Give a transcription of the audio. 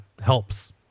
helps